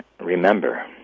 remember